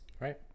Right